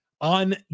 on